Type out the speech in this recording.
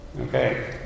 Okay